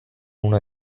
una